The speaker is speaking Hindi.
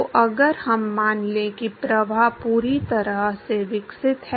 तो अगर हम मान लें कि प्रवाह पूरी तरह से विकसित है